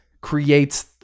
creates